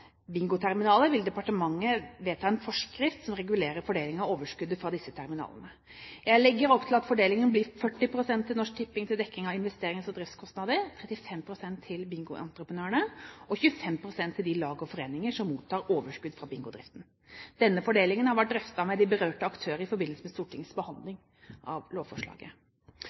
bingoterminaler vil departementet vedta en forskrift som regulerer fordeling av overskuddet fra disse terminalene. Jeg legger opp til at fordelingen blir 40 pst. til Norsk Tipping til dekning av investerings- og driftskostnader, 35 pst. til bingoentreprenørene og 25 pst. til de lag og foreninger som mottar overskudd fra bingodriften. Denne fordelingen har vært drøftet med de berørte aktører i forbindelse med Stortingets behandling av lovforslaget.